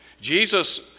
Jesus